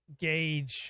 gauge